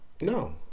no